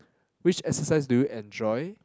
which exercise do you enjoy